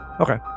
Okay